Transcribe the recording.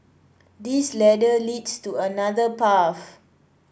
this ladder leads to another path